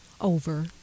over